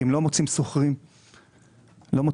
כי הם לא מוצאים שוכרים או רוכשים,